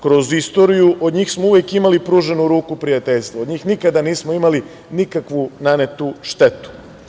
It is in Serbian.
Kroz istoriju od njih smo uvek imali pruženu ruku prijateljstva, od njih nikada nismo imali nikakvu nanetu štetu.